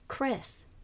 Chris